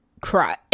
cry